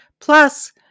Plus